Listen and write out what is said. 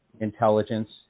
intelligence